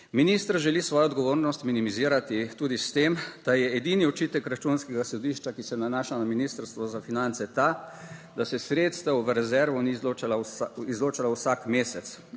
Minister želi svojo odgovornost minimizirati tudi s tem, da je edini očitek računskega sodišča, ki se nanaša na ministrstvo za finance ta, da se sredstev v rezervo ni izločalo vsak mesec,